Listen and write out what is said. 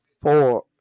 four